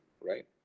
Right